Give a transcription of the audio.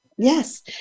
Yes